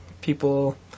people